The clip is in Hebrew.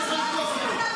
התצפיתניות שלא מפונות,